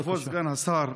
כבוד סגן השר,